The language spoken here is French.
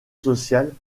sociale